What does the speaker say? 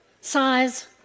size